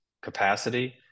capacity